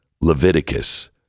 Leviticus